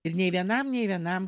ir nei vienam nei vienam